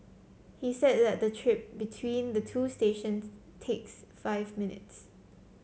he said that the trip between the two stations takes just five minutes